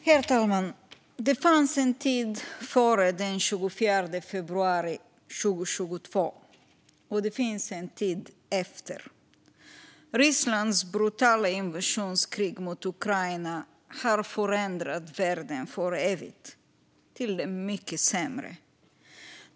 Herr talman! Det fanns en tid före den 24 februari 2022, och det finns en tid efter. Rysslands brutala invasionskrig mot Ukraina har för evigt förändrat världen till det mycket sämre.